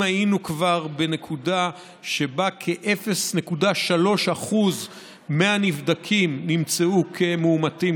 אם היינו כבר בנקודה שבה כ-0.3% מהנבדקים נמצאו מאומתים,